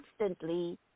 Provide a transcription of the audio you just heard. constantly